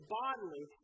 bodily